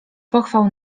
pochwał